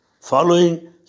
following